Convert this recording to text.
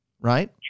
right